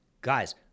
Guys